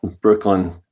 Brooklyn